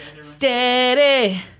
Steady